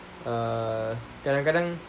uh kadang-kadang